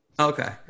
okay